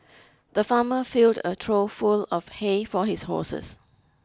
the farmer filled a trough full of hay for his horses